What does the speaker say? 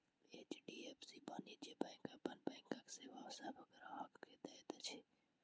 HDFC वाणिज्य bank अपन बैंकक सेवा सभ ग्राहक के दैत अछि